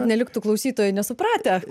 neliktų klausytojai nesupratę